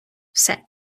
все